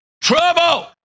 Trouble